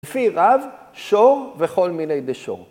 ‫לפי רב, שור וכל מיני דשור.